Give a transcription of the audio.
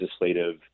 legislative